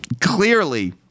clearly